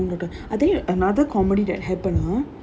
ya zara is her own daughter I think another comedy that happened !huh!